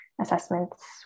assessments